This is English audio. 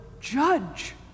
judge